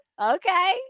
okay